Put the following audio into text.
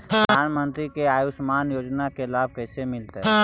प्रधानमंत्री के आयुषमान योजना के लाभ कैसे मिलतै?